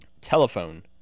Telephone